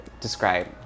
describe